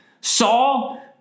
Saul